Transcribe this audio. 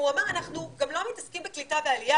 אנחנו גם לא מתעסקים בקליטה ועלייה,